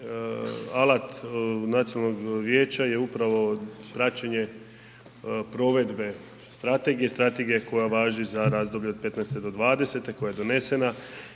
alat nacionalnog vijeća je upravo praćenje provedbe strategije, strategije koja važi za razdoblje od 15.-20. koje je donesena.